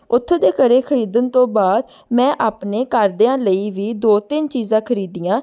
ਉੱਥੋਂ ਦੇ ਕੜੇ ਖਰੀਦਣ ਤੋਂ ਬਾਅਦ ਮੈਂ ਆਪਣੇ ਘਰਦਿਆਂ ਲਈ ਵੀ ਦੋ ਤਿੰਨ ਚੀਜ਼ਾਂ ਖਰੀਦੀਆਂ